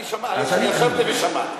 אני ישבתי ושמעתי.